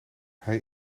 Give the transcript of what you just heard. hij